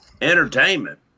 Entertainment